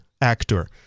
actor